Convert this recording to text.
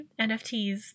nfts